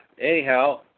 anyhow